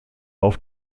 auf